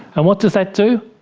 and what does that do?